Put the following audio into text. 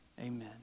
amen